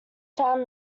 found